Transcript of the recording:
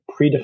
predefined